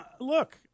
Look